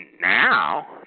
now